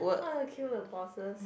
why you wanna kill the bosses